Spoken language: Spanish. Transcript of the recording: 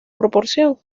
proporción